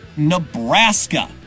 Nebraska